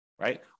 right